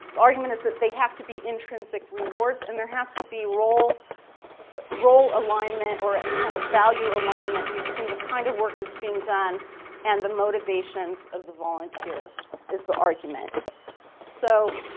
the argument is that there have to be intrinsic rewards and there has to be role but role alignment or a kind of value alignment between the kind of work that's being done and the motivations of the volunteer is the argument so,